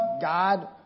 God